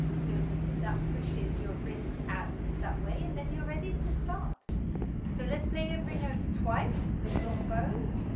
so that pushes your wrist out that way and then you're ready to start so let's play every note twice with long bows,